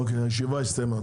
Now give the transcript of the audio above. הישיבה הסתיימה.